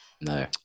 No